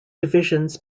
divisions